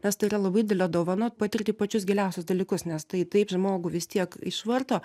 nes tai yra labai didelė dovana patirti pačius giliausius dalykus nes tai taip žmogų vis tiek išvarto